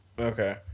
Okay